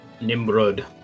Nimrod